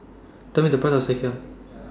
Tell Me The Price of Sekihan